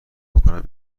بکنم